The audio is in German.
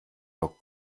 vor